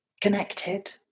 connected